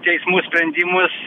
teismų sprendimus